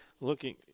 looking